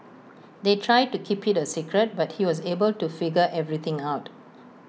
they tried to keep IT A secret but he was able to figure everything out